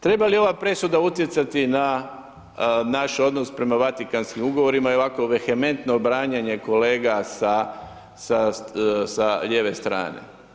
Treba li ova presuda utjecati na naš odnos prema Vatikanskim ugovora i ovako vehementno branjenje kolega sa lijeve strane?